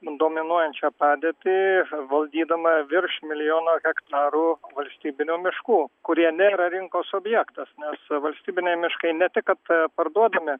dominuojančią padėtį valdydama virš milijono hektarų valstybinių miškų kurie nėra rinkos objektas nes valstybiniai miškai ne tik kad parduodami